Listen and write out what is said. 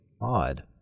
odd